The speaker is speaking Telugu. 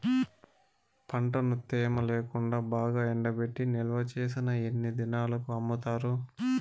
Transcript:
పంటను తేమ లేకుండా బాగా ఎండబెట్టి నిల్వచేసిన ఎన్ని దినాలకు అమ్ముతారు?